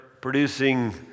producing